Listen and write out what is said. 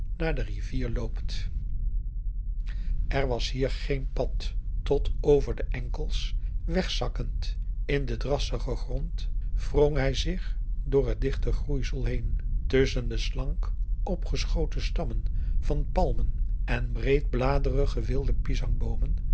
naar de rivier loopt er was hier geen pad tot over de enkels wegzakkend in den drassigen grond wrong hij zich door het dichte groeisel heen tusschen de slank opgeschoten stammen van palmen en breedbladerige wilde